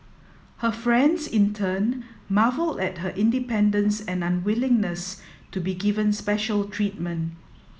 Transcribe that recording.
her friends in turn marvelled at her independence and unwillingness to be given special treatment